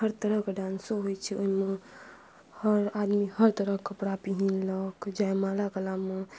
हर तरहके डान्सो होइ छै ओहिमे हर आदमी हर तरहके कपड़ा पहिरलक जयमाला वलामे